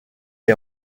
est